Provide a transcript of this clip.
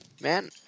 Man